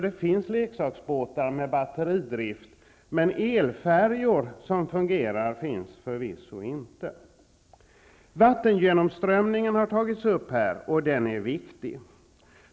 Det finns leksaksbåtar med batteridrift. Men elfärjor som fungerar finns förvisso inte. Vattengenomströmningen har tagits upp. Den är viktig.